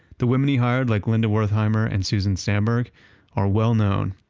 the women he hired like linda wertheimer and susan stamberg are well known.